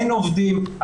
אין עובדים,